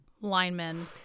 linemen